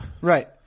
Right